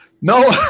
No